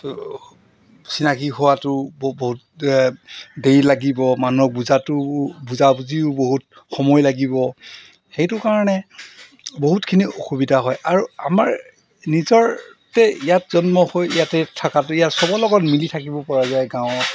চিনাকি হোৱাটোও বহুত দেৰি লাগিব মানুহক বুজাটোও বুজাবুজিও বহুত সময় লাগিব সেইটো কাৰণে বহুতখিনি অসুবিধা হয় আৰু আমাৰ নিজৰ ইয়াত জন্ম হৈ ইয়াতেই থকাটো ইয়াত চবৰ লগত মিলি থাকিব পৰা যায় গাঁৱত